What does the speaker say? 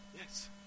Yes